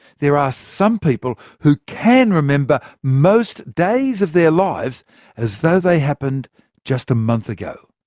there are some people who can remember most days of their lives as though they happened just a month ago.